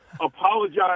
apologize